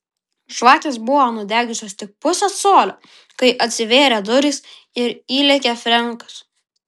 žvakės buvo nudegusios tik pusę colio kai atsivėrė durys ir įlėkė frenkas